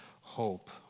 hope